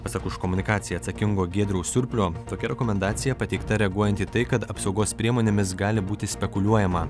pasak už komunikaciją atsakingo giedriaus surplio tokia rekomendacija pateikta reaguojant į tai kad apsaugos priemonėmis gali būti spekuliuojama